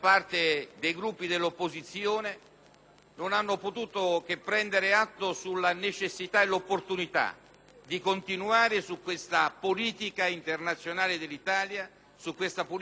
non hanno potuto che prendere atto della necessità e dell'opportunità di continuare su questa politica internazionale dell'Italia, su questa politica della difesa dell'Italia.